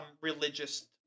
religious